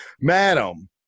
madam